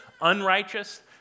unrighteous